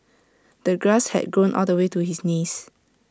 the grass had grown all the way to his knees